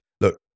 look